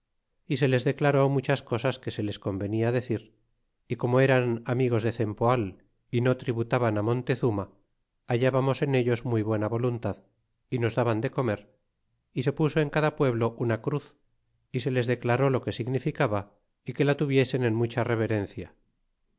y se les declaró muchas cosas que se les convenia decir y como eran amigos de cempoal y no tributaban á montezuma hallábamos en ellos muy buena voluntad y nos daban de comer y se puso en cada pueblo una cruz y se les declaró lo que significaba é que la tuviesen en mucha reverencia